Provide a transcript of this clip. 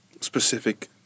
specific